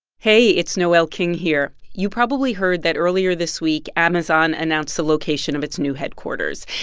hey, it's noel king here. you probably heard that earlier this week, amazon announced the location of its new headquarters,